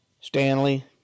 Stanley